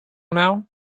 now